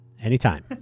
Anytime